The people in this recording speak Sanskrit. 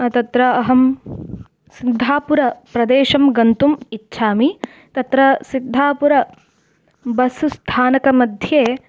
तत्र अहं सिद्धापुरप्रदेशं गन्तुम् इच्छामि तत्र सिद्धापुरं बस् स्थानकमध्ये